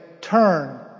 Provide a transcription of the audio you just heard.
Turn